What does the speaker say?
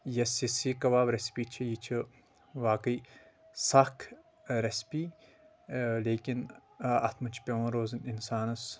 یۄس یہِ سیٖک کباب ریٚسپی چھِ یہِ چھِ واقعی سخ ریٚسپی اۭ لیکِن اتھ منٛز چھِ پیٚوان روزُن انسانس